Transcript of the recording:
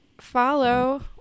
follow